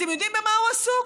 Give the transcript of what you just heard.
אתם יודעים במה הוא עסוק?